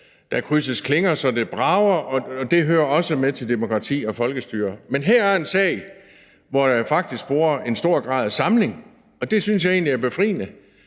der krydses klinger, så det brager, og det hører også med til demokrati og folkestyre. Men her er en sag, hvor jeg faktisk sporer en stor grad af samling, og det synes jeg egentlig er befriende.